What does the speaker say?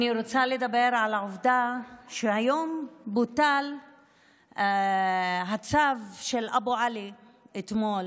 אני רוצה לדבר על העובדה שהיום בוטל הצו של אבו עלי מאתמול,